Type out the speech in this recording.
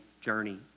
journey